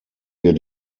wir